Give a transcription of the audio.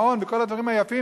מעון וכל הדברים היפים